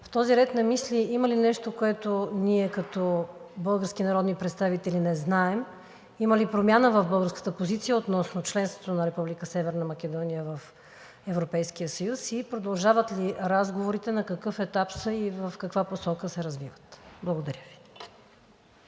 В този ред на мисли: има ли нещо, което ние като български народни представители не знаем; има ли промяна в българската позиция относно членството на Република Северна Македония в Европейския съюз; продължават ли разговорите, на какъв етап са и в каква посока се развиват? Благодаря Ви.